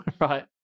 Right